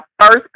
first